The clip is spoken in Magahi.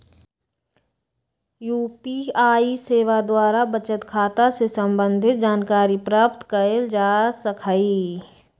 यू.पी.आई सेवा द्वारा बचत खता से संबंधित जानकारी प्राप्त कएल जा सकहइ